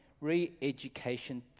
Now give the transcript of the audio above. re-education